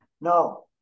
No